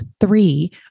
three